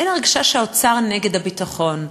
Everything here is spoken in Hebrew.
אין הרגשה שהאוצר נגד הביטחון,